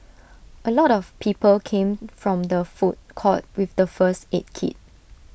A lot of people came from the food court with the first aid kit